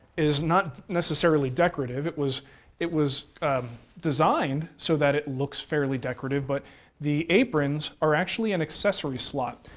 is not necessarily decorative. it was it was designed so that it looks fairly decorative, but the aprons are actually an accessory slot.